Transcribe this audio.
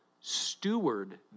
steward